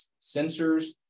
sensors